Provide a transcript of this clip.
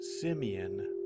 Simeon